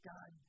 God